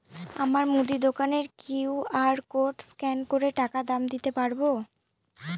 আমার মুদি দোকানের কিউ.আর কোড স্ক্যান করে টাকা দাম দিতে পারব?